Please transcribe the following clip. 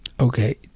Okay